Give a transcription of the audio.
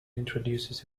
introduces